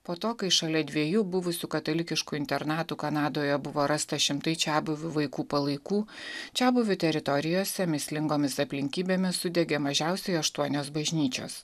po to kai šalia dviejų buvusių katalikiškų internatų kanadoje buvo rasta šimtai čiabuvių vaikų palaikų čiabuvių teritorijose mįslingomis aplinkybėmis sudegė mažiausiai aštuonios bažnyčios